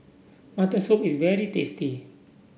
Mutton Soup is very tasty